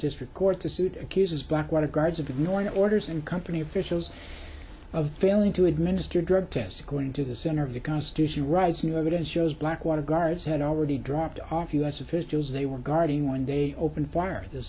district court the suit accuses blackwater guards of ignoring orders and company officials of failing to administer drug test according to the center of the constitution writes new evidence shows blackwater guards had already dropped off u s officials they were guarding when they opened fire th